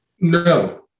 No